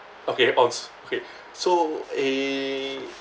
okay ons okay so eh